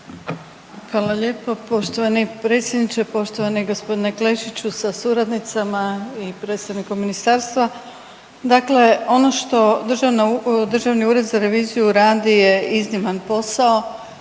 Hvala lijepo. Poštovani predsjedniče, poštovani g. Klešiću sa suradnicama i predstavnikom ministarstva. Dakle, ono što Državni ured za reviziju radi je izniman posao